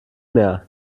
mehr